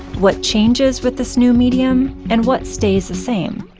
what changes with this new medium, and what stays the same?